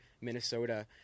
Minnesota